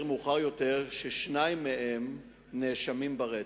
מאוחר יותר ששניים מהם נאשמים ברצח.